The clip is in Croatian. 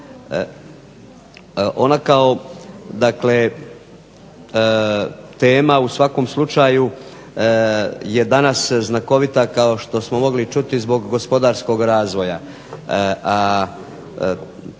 Ona kao dakle tema u svakom slučaju je danas znakovita kao što smo mogli čuti zbog gospodarskog razvoja.